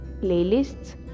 playlists